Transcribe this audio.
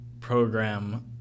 program